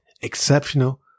exceptional